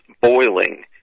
boiling